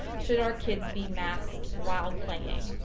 should our kids be masked while playing?